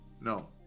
No